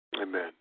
Amen